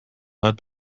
هات